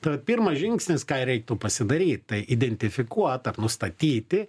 tai vat pirmas žingsnis ką reiktų pasidaryt tai identifikuot ar nustatyti